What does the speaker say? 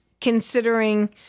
considering